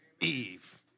Eve